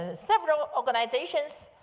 ah several organisations